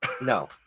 no